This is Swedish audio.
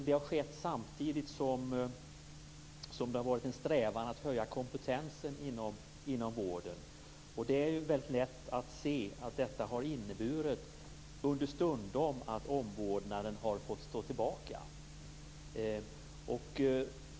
Det har skett samtidigt som det har varit en strävan att höja kompetensen inom vården. Det är väldigt lätt att se att detta understundom har inneburit att omvårdnaden har fått stå tillbaka.